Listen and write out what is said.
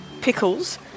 pickles